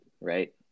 right